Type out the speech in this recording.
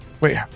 Wait